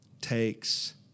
takes